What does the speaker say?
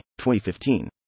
2015